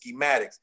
schematics